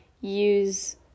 use